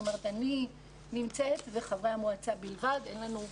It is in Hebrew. אני נמצאת ונמצאים חברי המועצה בלבד ואין לנו תשתיות.